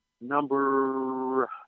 number